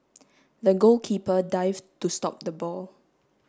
the goalkeeper dived to stop the ball